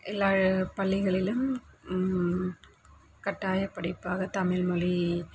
எல்லா பள்ளிகளிலும் கட்டாயப் படிப்பாக தமிழ்மொழி